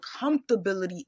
comfortability